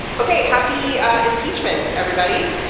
ok happy impeachment everybody.